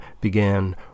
began